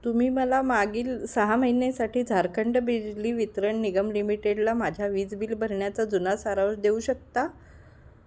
तुम्ही मला मागील सहा महिन्यासाठी झारखंड बिजली वितरण निगम लिमिटेडला माझ्या वीज बिल भरण्याचा जुना सारांश देऊ शकता